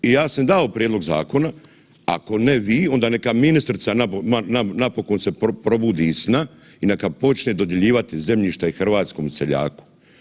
I ja sam dao prijedlog zakona, ako ne vi onda neka ministrica napokon se probudi iz sna i neka počne dodjeljivati zemljište hrvatskom seljaku.